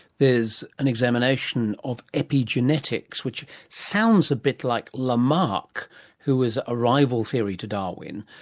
there's an examination of epigenetics, which sounds a bit like lamarck who has a rival theory to darwin.